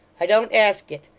i don't ask it.